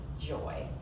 joy